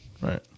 Right